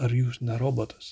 ar jūs ne robotas